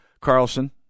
carlson